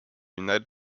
united